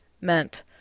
meant